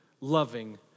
loving